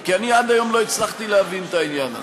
כי אני עד היום לא הצלחתי להבין את העניין הזה.